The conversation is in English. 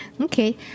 okay